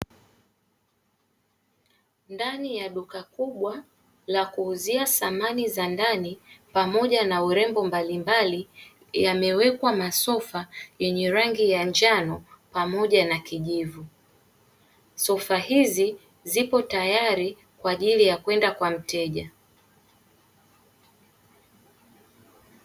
Ndani ya duka kubwa la kuuzia samani za ndani pamoja na urembo mbalimbali, yamewekwa masofa yenye rangi ya njano pamoja na kijivu sofa hizi zipo tayati kwajili ya kwenda kwa mteja.